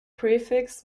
prefix